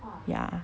ya